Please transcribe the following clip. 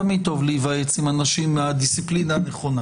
תמיד טוב להיוועץ עם אנשים מהדיסציפלינה הנכונה